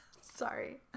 Sorry